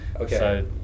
okay